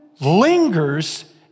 lingers